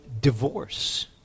divorce